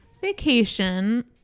vacation